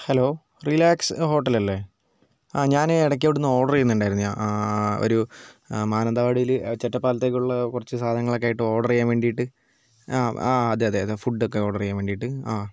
hello relax ഹോട്ടലല്ലേ അ ഞാൻ ഈ ഇടയ്ക്ക് അവിടുന്ന് ഓർഡർ ചെയ്യുന്നുണ്ടായിരുന്നു ഒരു മാനന്തവാടിയിൽ ചെറ്റപ്പാലത്തേക്കുള്ള കുറച്ച് സാധനങ്ങളൊക്കെ ആയിട്ട് ഓഡർ ചെയ്യാൻ വേണ്ടിയിട്ട് ആ അതെ അതെ അതെ ഫുഡ് ഒക്കെ ഓർഡർ ചെയ്യാൻ വേണ്ടിയിട്ട് ആ